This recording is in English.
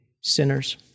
sinners